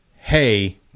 hey